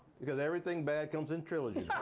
because everything bad comes in trilogies,